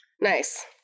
Nice